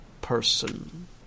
person